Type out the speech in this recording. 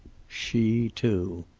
she too.